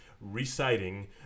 reciting